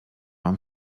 mam